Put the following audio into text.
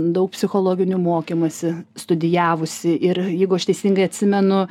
daug psichologinių mokymų esi studijavusi ir jeigu aš teisingai atsimenu